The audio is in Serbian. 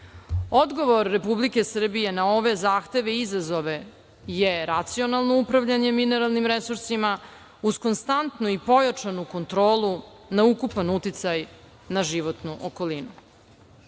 Odgovor Republike Srbije na ove zahteve i izazove je racionalno upravljanje mineralnim resursima uz konstantnu i pojačanu kontrolu na ukupan uticaj na životnu